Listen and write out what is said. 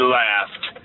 laughed